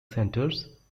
centers